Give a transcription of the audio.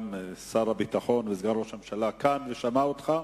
גם שר הביטחון וסגן ראש הממשלה כאן, ושמע אותך.